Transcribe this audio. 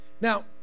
Now